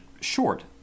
short